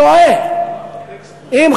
הוא טועה.